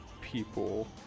people